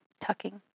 tucking